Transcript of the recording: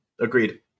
agreed